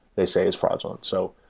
they say it's fraudulent. so